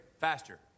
faster